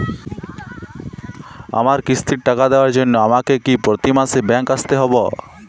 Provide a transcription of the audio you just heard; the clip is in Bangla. আমার কিস্তির টাকা দেওয়ার জন্য আমাকে কি প্রতি মাসে ব্যাংক আসতে হব?